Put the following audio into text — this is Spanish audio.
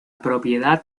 propiedad